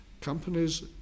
Companies